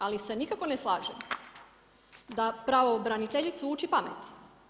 Ali se nikako ne slažem da pravobraniteljicu uči pameti.